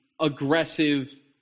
aggressive